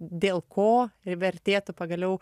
dėl ko ir vertėtų pagaliau